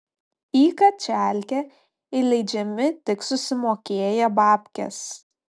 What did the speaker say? į kačialkę įleidžiami tik susimokėję babkes